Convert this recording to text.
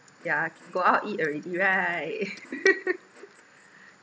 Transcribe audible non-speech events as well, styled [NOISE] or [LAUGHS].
yeah go out eat already right [LAUGHS]